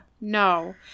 no